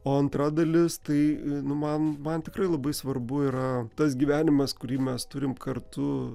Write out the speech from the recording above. o antra dalis tai nu man man tikrai labai svarbu yra tas gyvenimas kurį mes turim kartu